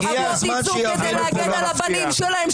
אבות יצאו כדי להגן על הבנים שלהם,